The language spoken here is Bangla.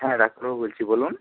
হ্যাঁ ডাক্তারবাবু বলছি বলুন